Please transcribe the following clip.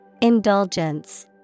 Indulgence